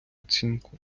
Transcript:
оцінку